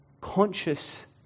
conscious